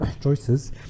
choices